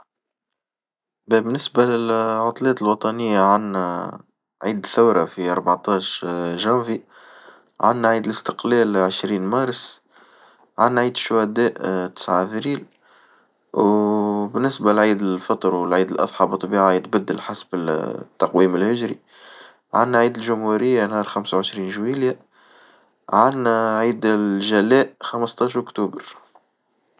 بالنسبة للعطلات الوطنية عنا عيد ثورة في أربعتاش جوفي عندنا عيد الاستقلال عشرين مارس عندنا عيد الشهداء تسعة إبريل وبالنسبة لعيد الفطر وعيد الأضحى بالطبيعة يتبدل حسب التقويم الهجري عندنا عيد الجمهورية نهار خمسة وعشرين جويليا عندنا عيد الجلاء خمستاشر أكتوبر.